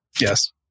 Yes